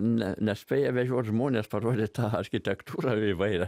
ne nespėja vežioti žmones parodyt tą architektūrą įvairią